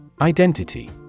Identity